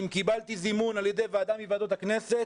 אם קיבלתי זימון על-ידי ועדה מוועדות הכנסת,